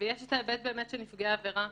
ההיבט של נפגעי עבירה.